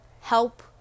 help